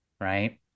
Right